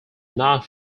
not